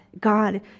God